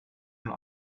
nun